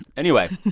anyway,